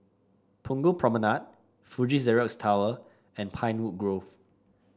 Punggol Promenade Fuji Xerox Tower and Pinewood Grove